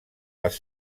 les